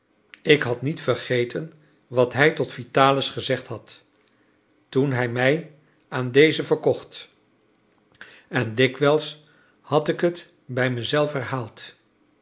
ik had niet vergeten wat hij tot vitalis gezegd had toen hij mij aan dezen verkocht en dikwijls had ik het bij mezelf herhaald